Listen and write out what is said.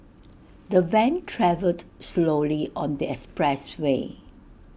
the van travelled slowly on the expressway